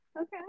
okay